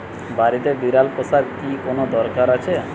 বাড়িতে বিড়াল পোষার কি কোন দরকার আছে?